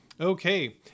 Okay